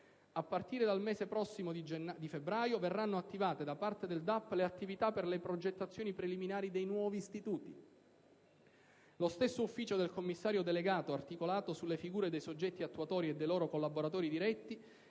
A partire dal prossimo mese di febbraio verranno attivate da parte del DAP le attività per le progettazioni preliminari dei nuovi istituti. Lo stesso ufficio del commissario delegato, articolato sulle figure dei soggetti attuatori e dei loro collaboratori diretti,